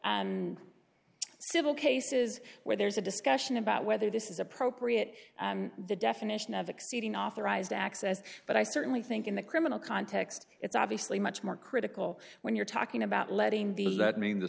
and civil cases where there's a discussion about whether this is appropriate the definition of exceeding authorized access but i certainly think in the criminal context it's obviously much more critical when you're talking about letting the